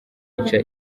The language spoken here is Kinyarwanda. yica